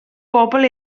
bobl